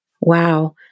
Wow